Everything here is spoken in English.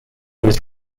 was